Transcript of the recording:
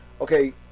Okay